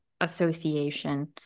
association